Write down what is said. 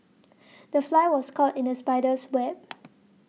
the fly was caught in the spider's web